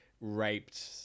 raped